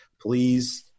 please